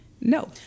No